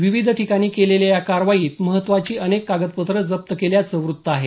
विविध ठिकाणी केलेल्या या कारवाईत महत्त्वाची अनेक कागदपत्रं जप्त केल्याचं वृत्त आहे